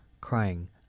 crying